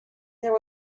there